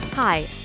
Hi